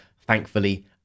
thankfully